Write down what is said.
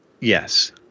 Yes